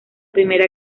primera